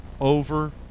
over